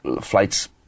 flights